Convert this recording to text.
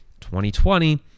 2020